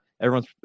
everyone's